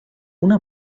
una